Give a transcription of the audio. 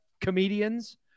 comedians